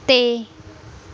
ਅਤੇ